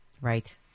Right